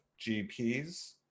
GPs